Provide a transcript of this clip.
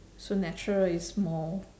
so natural is more